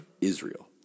Israel